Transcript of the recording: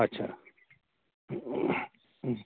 اَچھا